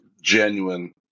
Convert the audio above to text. genuine